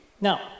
Now